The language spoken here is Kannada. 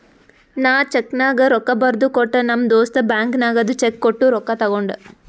ನಾ ಚೆಕ್ನಾಗ್ ರೊಕ್ಕಾ ಬರ್ದು ಕೊಟ್ಟ ನಮ್ ದೋಸ್ತ ಬ್ಯಾಂಕ್ ನಾಗ್ ಅದು ಚೆಕ್ ಕೊಟ್ಟು ರೊಕ್ಕಾ ತಗೊಂಡ್